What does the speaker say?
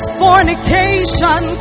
fornication